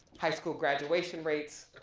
high school graduation rates,